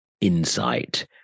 insight